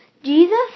Jesus